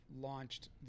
launched –